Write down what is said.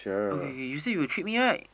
okay K you say you will treat me right